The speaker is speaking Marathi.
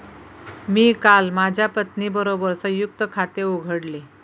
मी काल माझ्या पत्नीबरोबर संयुक्त खाते उघडले